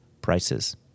prices